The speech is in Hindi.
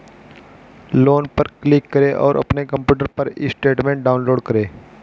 लोन पर क्लिक करें और अपने कंप्यूटर पर ई स्टेटमेंट डाउनलोड करें